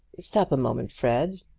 stop a moment, fred.